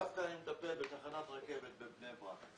אני דווקא מטפל בתחנת רכבת בבני ברק.